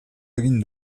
egin